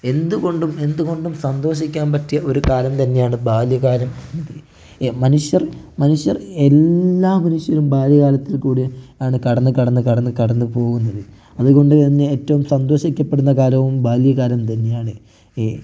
എന്തുകൊണ്ടും എന്തുകൊണ്ടും സന്തോഷിക്കാൻ പറ്റിയ ഒരു കാലം തന്നെയാണ് ബാല്യകാലം എന്നത് മനുഷ്യർ മനുഷ്യർ എല്ലാ മനുഷ്യരും ബാല്യകാലത്തിൽ കൂടിയാണ് കടന്നു കടന്നു കടന്നു കടന്നു പോകുന്നത് അതുകൊണ്ടുതന്നെ ഏറ്റവും സന്തോഷിക്കപ്പെടുന്ന കാലവും ബാല്യകാലം തന്നെയാണ് ഈ